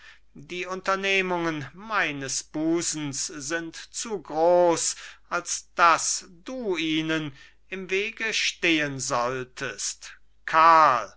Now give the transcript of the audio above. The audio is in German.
die unternehmungen meines busens sind zu groß als daß du ihnen im wege stehen solltest karl